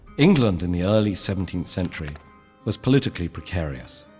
england in the early seventeenth century was politically precarious.